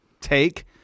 take